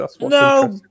No